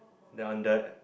then under